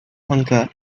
honker